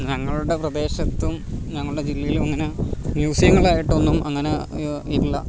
ഞങ്ങളുടെ പ്രദേശത്തും ഞങ്ങളുടെ ജില്ലയിലും അങ്ങനെ മ്യൂസിയങ്ങളായിട്ടൊന്നും അങ്ങനെ ഇല്ല